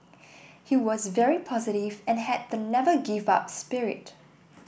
he was very positive and had the never give up spirit